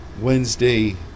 Wednesday